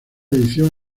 edición